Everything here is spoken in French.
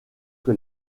que